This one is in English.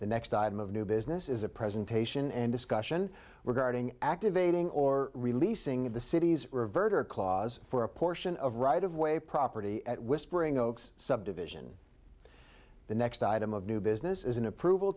the next item of new business is a presentation and discussion regarding activating or releasing the city's revert or clause for a portion of right of way property at whispering oaks subdivision the next item of new business is an approval